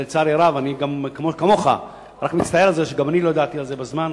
אני כמוך גם מצטער על זה שלא ידעתי על זה בזמן,